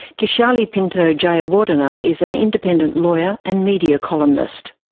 kishali pinto-jayawardena is an independent lawyer and media columnist.